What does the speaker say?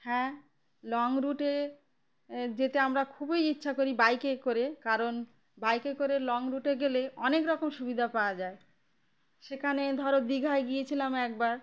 হ্যাঁ লং রুটে যেতে আমরা খুবই ইচ্ছা করি বাইকে করে কারণ বাইকে করে লং রুটে গেলে অনেক রকম সুবিধা পাওয়া যায় সেখানে ধরো দীঘায় গিয়েছিলাম একবার